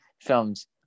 films